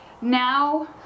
Now